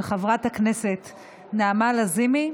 של חברת הכנסת נעמה לזימי,